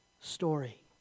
story